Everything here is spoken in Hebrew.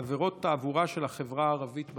עבירות תעבורה של החברה הערבית בדרום.